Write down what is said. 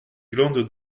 glandes